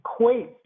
equates